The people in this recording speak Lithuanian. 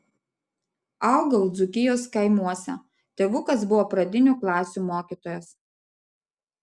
augau dzūkijos kaimuose tėvukas buvo pradinių klasių mokytojas